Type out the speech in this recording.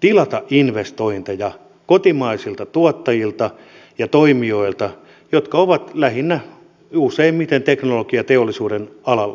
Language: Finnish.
tilata investointeja kotimaisilta tuottajilta ja toimijoilta jotka ovat useimmiten lähinnä teknologiateollisuuden alalla